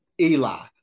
Eli